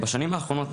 בשנים האחרונות,